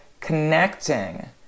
connecting